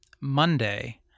Monday –